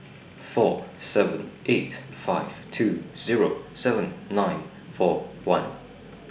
four seven eight five two Zero seven nine four one